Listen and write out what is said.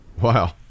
Wow